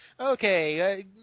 Okay